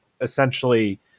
essentially